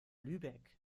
lübeck